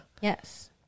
Yes